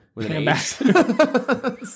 Ambassador